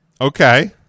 Okay